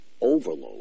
overload